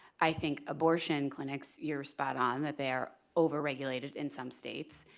i think abortion clinics, you're spot on that they are over regulated in some states.